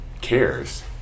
cares